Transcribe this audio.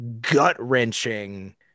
gut-wrenching